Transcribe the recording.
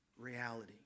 reality